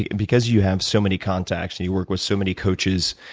because you have so many contacts and you work with so many coaches,